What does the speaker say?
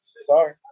Sorry